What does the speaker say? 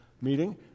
meeting